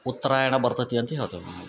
ಉತ್ತರಾಯಣ ಬರ್ತತಿ ಅಂತ ಹೇಳ್ತೇವೆ ನಾವು